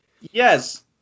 Yes